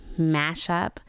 mashup